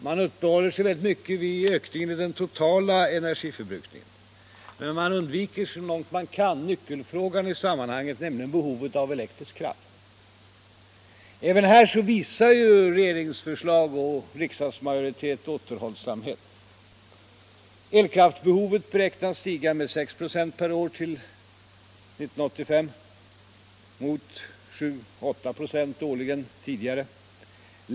Man uppehåller sig väldigt mycket vid ökningen i den totala energiförbrukningen, men man undviker så långt man kan nyckelfrågan i sammanhanget, nämligen behovet av elektrisk kraft. Även här visar regeringens och riksdagsmajoritetens förslag återhållsamhet. Elkraftbehovet beräknas stiga med 6 96 per år till 1985 mot 7-8 4 årligen tidigare.